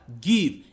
give